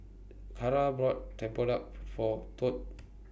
Cara bought Tempoyak For Tod